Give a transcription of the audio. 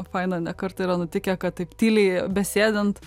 faina ne kartą yra nutikę kad taip tyliai besėdint